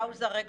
פאוזה.